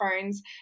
phones